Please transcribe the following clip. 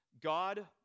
God